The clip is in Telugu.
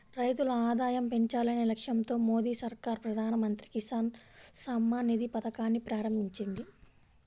రైతుల ఆదాయం పెంచాలనే లక్ష్యంతో మోదీ సర్కార్ ప్రధాన మంత్రి కిసాన్ సమ్మాన్ నిధి పథకాన్ని ప్రారంభించింది